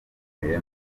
akomeye